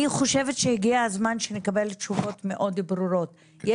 אני חושבת שהגיע הזמן שנקבל תשובות מאוד ברורות.